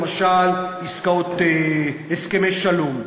למשל עסקאות הסכמי שלום,